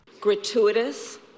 Gratuitous